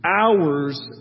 hours